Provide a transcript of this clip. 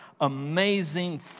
amazing